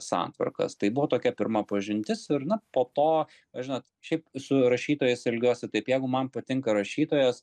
santvarkas tai buvo tokia pirma pažintis ir na po to aš žinot šiaip su rašytojais elgiuosi taip jeigu man patinka rašytojas